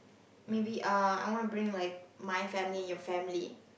maybe uh I want to bring like my family and your family